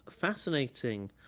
fascinating